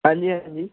ਹਾਂਜੀ ਹਾਂਜੀ